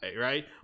right